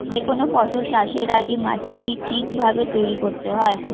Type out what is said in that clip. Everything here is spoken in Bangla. যে কোনো ফসল চাষের আগে মাটিকে ঠিক ভাবে তৈরি করতে হয়